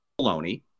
baloney